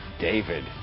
David